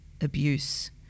abuse